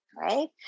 right